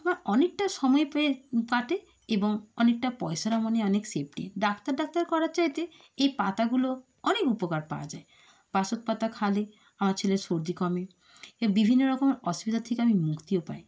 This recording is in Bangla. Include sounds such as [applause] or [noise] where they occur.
আমার অনেকটা সময় প্রায় কাটে এবং অনেকটা পয়সার [unintelligible] অনেক সেফ্টি ডাক্তার ডাক্তার করার চাইতে এই পাতাগুলো অনেক উপকার পাওয়া যায় বাসক পাতা খাওয়ালে আমার ছেলের সর্দি কমে এই বিভিন্ন রকম অসুবিধার থেকে আমি মুক্তিও পাই